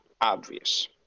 obvious